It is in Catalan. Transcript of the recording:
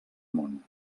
món